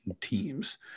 teams